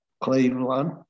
Cleveland